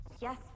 Yes